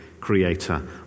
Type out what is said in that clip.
creator